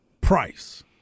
price